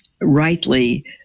rightly